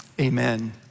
amen